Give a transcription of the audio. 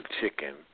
chicken